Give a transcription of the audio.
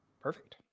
Perfect